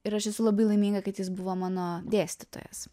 ir aš esu labai laiminga kad jis buvo mano dėstytojas